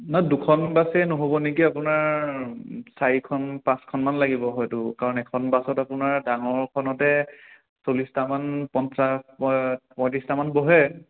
নহয় দুখন বাছেৰে নহ'ব নেকি আপোনাৰ চাৰিখন পাঁচখনমান লাগিব হয়তো কাৰণ এখন বাছত আপোনাৰ ডাঙৰখনতে চল্লিছটামান পঞ্চাছ পঁয়ত্ৰিছটামান বহে